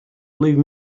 leave